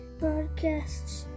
broadcasts